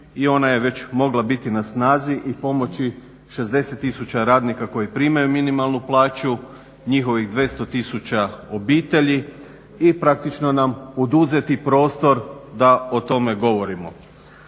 i ona je već mogla biti na snazi i pomoći 60 000 radnika koji primaju minimalnu plaću, njihovih 200 000 obitelji i praktično nam oduzeti prostor da o tome govorimo.